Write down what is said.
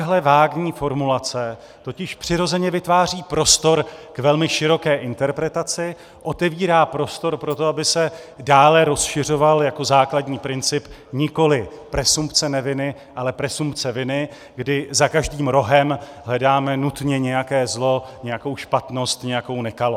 Takhle vágní formulace totiž přirozeně vytváří prostor k velmi široké interpretaci, otevírá prostor pro to, aby se dále rozšiřoval jako základní princip nikoliv presumpce neviny, ale presumpce viny, kdy za každým rohem hledáme nutně nějaké zlo, nějakou špatnost, nějakou nekalost.